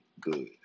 good